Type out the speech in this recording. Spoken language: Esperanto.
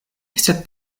sed